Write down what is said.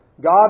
God